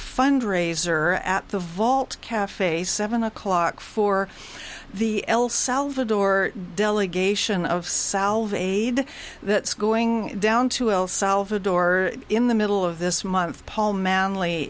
fundraiser at the vault cafe seven o'clock for the el salvador delegation of solve a day that's going down to el salvador in the middle of this month paul manl